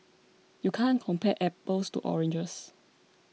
you can't compare apples to oranges